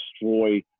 destroy